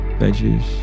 veggies